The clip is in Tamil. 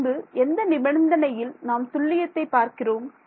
பின்பு எந்த நிபந்தனையில் நாம் துல்லியத்தை பார்க்கிறோம்